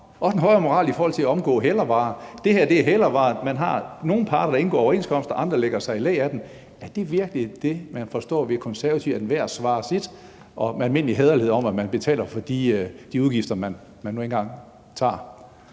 også en højere moral i forhold til at omgå hælervarer. Det her er hælervarer; nogle parter indgår overenskomsterne, andre lægger sig i læ af dem. Er det virkelig det, man forstår ved den konservative politik om, at enhver svarer sit, og ved almindelig hæderlighed, i forhold til at man betaler for udgifterne til det, man nu engang tager?